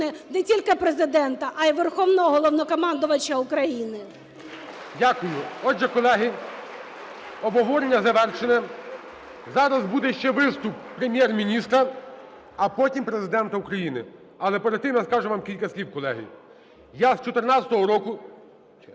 не тільки Президента, а і Верховного Головнокомандувача України. ГОЛОВУЮЧИЙ. Дякую. Отже, колеги, обговорення завершено. Зараз буде ще виступ Прем'єр-міністра, а потім – Президента України. Але перед тим я скажу вам кілька слів, колеги. Я з 14-го року був